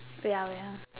wait ah wait ah